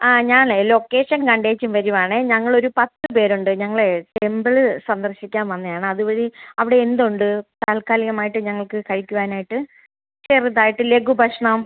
ആ ഞാനേ ലൊക്കേഷൻ കണ്ടേച്ചും വരുവാണേ ഞങ്ങളൊരു പത്ത് പേരുണ്ട് ഞങ്ങളേ ടെമ്പിൾ സന്ദർശിക്കാൻ വന്നതാണ് അത് വഴി അവിടെ എന്തുണ്ട് താൽക്കാലികമായിട്ട് ഞങ്ങൾക്ക് കഴിക്കുവാനായിട്ട് ചെറുതായിട്ട് ലഘു ഭക്ഷണം